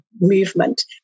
movement